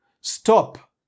Stop